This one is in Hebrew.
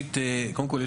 קודם כל,